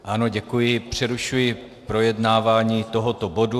Ano, děkuji, přerušuji projednávání tohoto bodu.